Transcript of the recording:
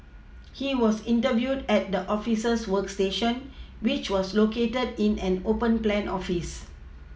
he was interviewed at the officers workstation which was located in an open plan office